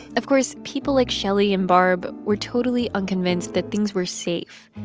of course, people like shelly and barb were totally unconvinced that things were safe,